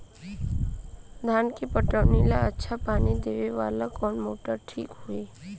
धान के पटवन ला अच्छा पानी देवे वाला कवन मोटर ठीक होई?